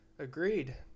Agreed